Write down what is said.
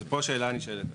אז פה השאלה הנשאלת.